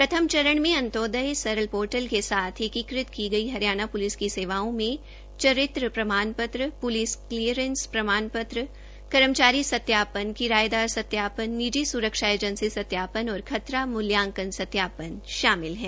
प्रथम चरण में अंत्योदय सरल पोर्टल के साथ एकीकृत की गई हरियाणा पुलिस की सेवाओं में चरित्र प्रमाण पत्र पुलिस क्लीयरेंस प्रमाणपत्र कर्मचारी सत्यापन किरायेदार सत्यापन निजी सुरक्षा एजेंसी सत्यापन और खतरा मूल्यांकन सत्यापन शामिल हैं